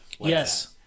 Yes